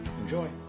Enjoy